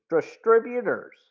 Distributors